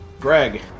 Greg